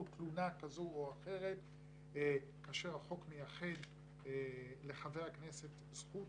תלונה כזו או אחרת כאשר החוק מייחד לחבר הכנסת זכות